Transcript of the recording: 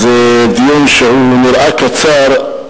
זה דיון שנראה קצר,